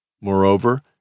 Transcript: Moreover